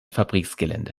fabriksgelände